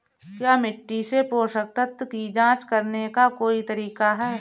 क्या मिट्टी से पोषक तत्व की जांच करने का कोई तरीका है?